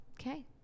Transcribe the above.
Okay